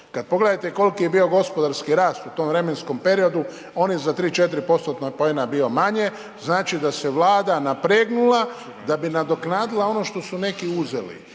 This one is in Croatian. Pogledajte koliki je bio gospodarski rast u tom vremenskom periodu, on je za 3, 4%-tna poena bio manje, znači da se Vlada napregnula da bi nadoknadila ono što su neki uzeli.